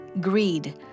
greed